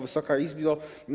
Wysoka Izbo!